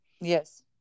Yes